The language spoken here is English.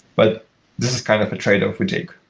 but this is kind of a tradeoff we take.